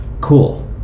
Cool